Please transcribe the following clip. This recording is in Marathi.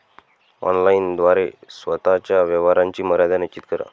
ऑनलाइन द्वारे स्वतः च्या व्यवहाराची मर्यादा निश्चित करा